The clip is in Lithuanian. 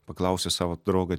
paklausiu savo draugą